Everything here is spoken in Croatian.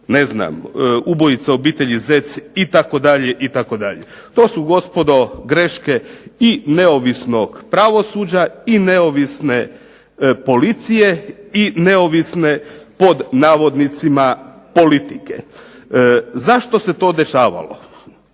na slobodu ubojice obitelji Zec itd., itd. To su gospodo greške i neovisnog pravosuđa i neovisne policije i neovisne "politike". Zašto se to dešavalo,